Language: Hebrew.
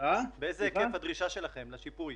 באיזה היקף הדרישה שלכם לשיפוי?